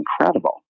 incredible